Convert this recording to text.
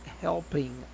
helping